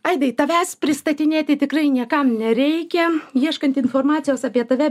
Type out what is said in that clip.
aidai tavęs pristatinėti tikrai niekam nereikia ieškant informacijos apie tave